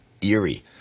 eerie